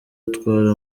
utwara